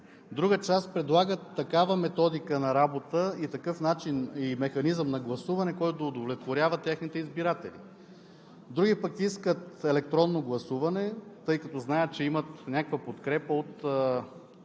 друга част предлагат такава методика на работа и такъв начин и механизъм на гласуване, който да удовлетворява техните избиратели; други пък искат електронно гласуване, тъй като знаят, че имат някаква подкрепа от